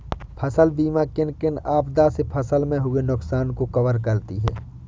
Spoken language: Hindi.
फसल बीमा किन किन आपदा से फसल में हुए नुकसान को कवर करती है